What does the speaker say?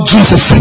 Jesus